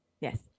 Yes